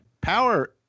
power